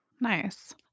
Nice